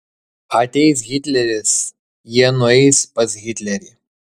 ateis hitleris jie nueis pas hitlerį